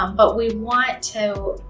um but we want to,